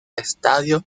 estadio